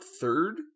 third